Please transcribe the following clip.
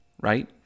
right